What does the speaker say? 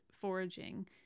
foraging